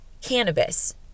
cannabis